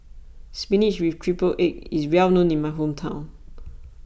Spinach with Triple Egg is well known in my hometown